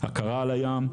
הכרה על הים,